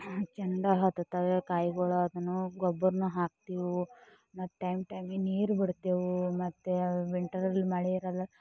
ಚೆಂದ ಹತ್ತುತ್ತವೆ ಕಾಯಿಗಳು ಅದನ್ನು ಗೊಬ್ಬರನ ಹಾಕ್ತೀವಿ ಮತ್ತು ಟೈಮ್ ಟೈಮಿಗೆ ನೀರು ಬಿಡುತ್ತೇವೆ ಮತ್ತೆ ವಿಂಟರಲ್ಲಿ ಮಳೆ ಇರಲ್ಲ